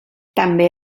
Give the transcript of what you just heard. també